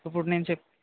ఇప్పుడు నేను చెప్